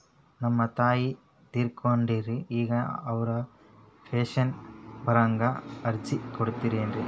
ನಮ್ ತಾಯಿ ತೀರಕೊಂಡಾರ್ರಿ ಈಗ ಅವ್ರ ಪೆಂಶನ್ ಬರಹಂಗ ಅರ್ಜಿ ಕೊಡತೀರೆನು?